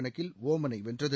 கணக்கில் ஒமனை வென்றது